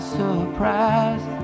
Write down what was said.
surprise